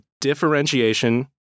differentiation